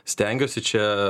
stengiuosi čia